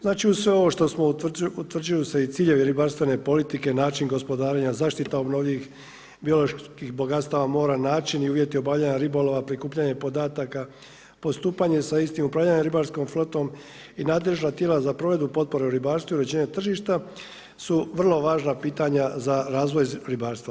Znači uz sve ovo utvrđuju se i ciljevi ribarstvene politike, način gospodarenja, zaštita obnovljivih bioloških bogatstava mora, način i uvjeti obavljanja ribolova, prikupljanje podataka, postupanje sa istim, upravljanje ribarskom flotom i nadležna tijela za provedbu potpore u ribarstvu i uređenje tržišta su vrlo važna pitanja za razvoj ribarstva.